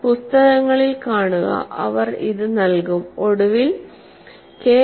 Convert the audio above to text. പുസ്തകങ്ങളിൽ കാണുക അവർ ഇത് നൽകും ഒടുവിൽ കെ